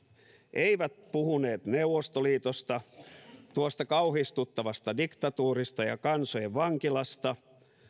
eivät puhuneet neuvostoliitosta tuosta kauhistuttavasta diktatuurista ja kansojen vankilasta